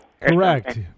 Correct